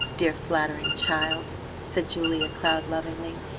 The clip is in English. dear, flattering child! said julia cloud lovingly.